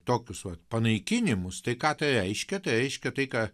tokius va panaikinimus tai ką tai reiškia tai reiškia tai ką